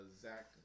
Zach